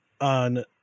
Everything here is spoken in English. on